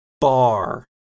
bar